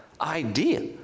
idea